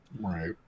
right